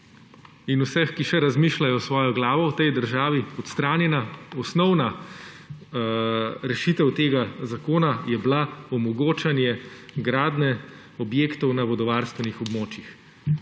in vseh, ki še razmišljajo s svojo glavo v tej državi, odstranjena. Osnovna rešitev tega zakona je bila omogočanje gradnje objektov na vodovarstvenih območjih,